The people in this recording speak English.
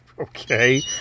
Okay